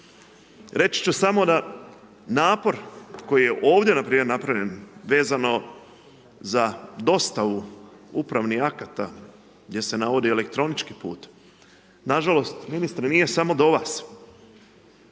Reći ću samo na napor koji je ovdje npr. napravljen vezano za dostavu upravnih akata gdje se navodi elektronički put, nažalost ministre nije samo do vas,